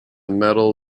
metal